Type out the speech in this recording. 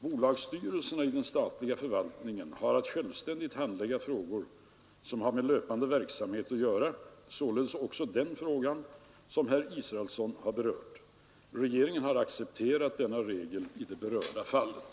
Bolagsstyrelserna i den statliga förvaltningen har att självständigt handlägga frågor som har med löpande verksamhet att göra, således också den fråga som herr Israelsson berört. Regeringen har accepterat denna regel i det berörda fallet.